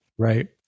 right